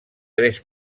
tres